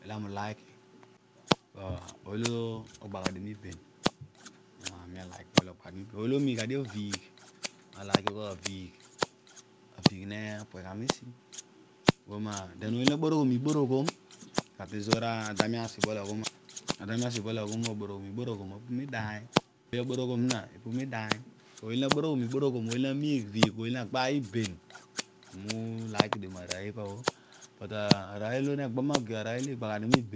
Ooy olo ami uliki pooy olo ogba gha dio miibeni aami ooy ogba gha mibeen olo omiigh gha. niigh bkos aviigh ne pue gha meesi ughol ma den ooy olo na boroghom iboroghom like pezo adia aami isibol aghol oboroghom iboroghom apu miidiiny ooy aboroghom zina apu miidiny ooy olo naboroghom iboroghom ooy ozo nagbaay iben ooy olo ologhom. maar den ooy olo